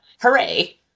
hooray